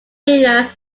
winner